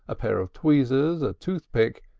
a pair of tweezers, a toothpick,